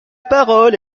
parole